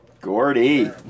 Gordy